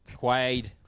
Quaid